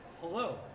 Hello